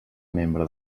membre